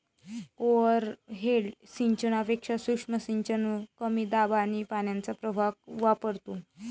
overhead सिंचनापेक्षा सूक्ष्म सिंचन कमी दाब आणि पाण्याचा प्रवाह वापरतो